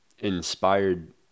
inspired